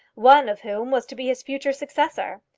one of whom was to be his future successor.